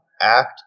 Act